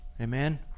Amen